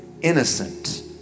innocent